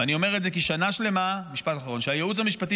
ואני אומר את זה כי שנה שלמה שהייעוץ המשפטי